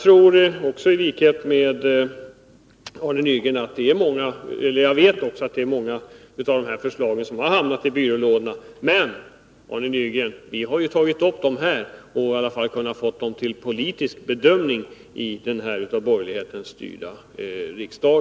Jag vet i likhet med Arne Nygren att många av dessa förslag hamnat i skrivbordslådorna. Men, Arne Nygren, vi har tagit upp förslagen här och kunnat föra dem till en politisk bedömning i denna av borgerligheten styrda riksdag.